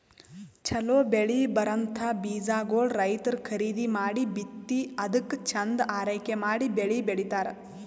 ಛಲೋ ಬೆಳಿ ಬರಂಥ ಬೀಜಾಗೋಳ್ ರೈತರ್ ಖರೀದಿ ಮಾಡಿ ಬಿತ್ತಿ ಅದ್ಕ ಚಂದ್ ಆರೈಕೆ ಮಾಡಿ ಬೆಳಿ ಬೆಳಿತಾರ್